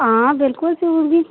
आं बिल्कुल सी उड़गी